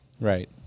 Right